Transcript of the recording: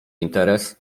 interes